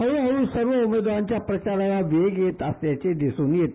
हळुहळु सर्व उमेदवारांच्या प्रचाराला वेग येत असल्याचे दिसून येते